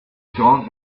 séquence